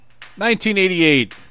1988